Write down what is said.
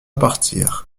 partir